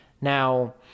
Now